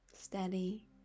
steady